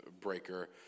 breaker